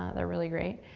ah they're really great.